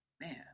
man